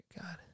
God